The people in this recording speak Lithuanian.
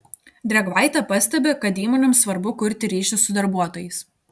drėgvaitė pastebi kad įmonėms svarbu kurti ryšį su darbuotojais